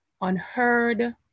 unheard